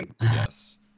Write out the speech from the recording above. Yes